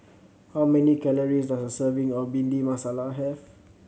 how many calories does a serving of Bhindi Masala have